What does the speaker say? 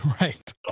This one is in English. Right